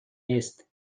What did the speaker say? نیست